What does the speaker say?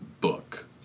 book